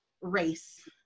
race